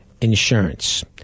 insurance